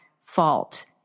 fault